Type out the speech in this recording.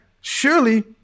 surely